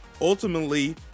ultimately